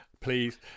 please